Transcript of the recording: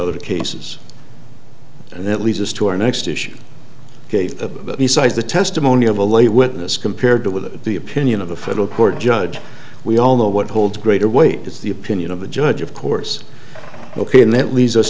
other cases and that leads us to our next issue besides the testimony of a lay witness compared to with the opinion of a federal court judge we all know what holds greater weight is the opinion of a judge of course ok and that leads us